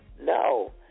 no